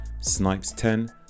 SNIPES10